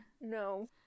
No